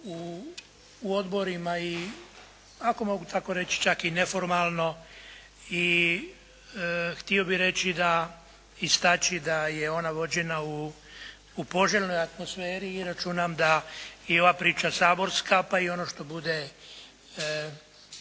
u odborima i ako mogu tako reći čak i neformalno i htio bi reći, istaći da je ona vođena u poželjnoj atmosferi i računam da i ova priča saborska pa i ono što bude